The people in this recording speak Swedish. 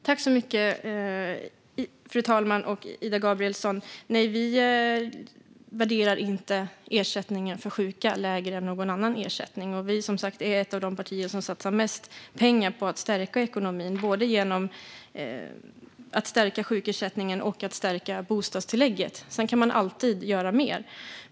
Fru talman! Nej, vi värderar inte ersättningen för sjuka lägre än någon annan ersättning. Vi är som sagt ett av de partier som satsar mest pengar på att stärka ekonomin för den här gruppen, både genom att stärka sjukersättningen och genom att stärka bostadstillägget. Sedan kan man alltid göra mer.